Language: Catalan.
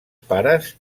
pares